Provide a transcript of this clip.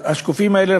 השקופים האלה.